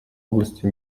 области